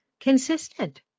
consistent